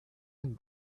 and